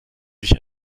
sich